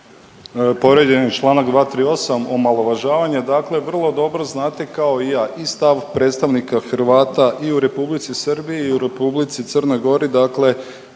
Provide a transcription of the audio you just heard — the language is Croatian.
Povrijeđen je članak 238. omalovažavanje. Dakle vrlo dobro znate kao i ja i stav predstavnika Hrvata i u Republici Srbiji i u Republici Crnoj Gori